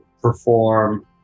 perform